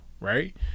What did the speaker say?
right